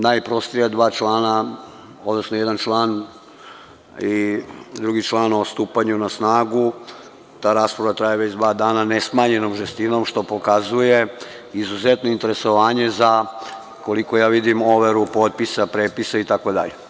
Najprostija dva člana, odnosno jedan član i drugi član o stupanju na snagu, ta rasprava traje već dva dana ne smanjenom žestinom, što pokazuje izuzetno interesovanje za, koliko ja vidim, overu potpisa, prepisa, itd.